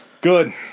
Good